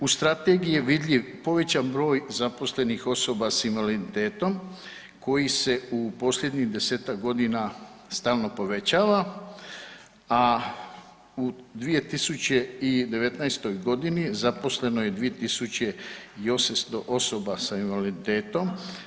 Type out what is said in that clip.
U Strategiji je vidljiv povećan broj zaposlenih osoba sa invaliditetom koji se u posljednjih 10-tak godina stalno povećava, a u 2019. godini zaposleno je 2800 osoba sa invaliditetom.